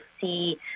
see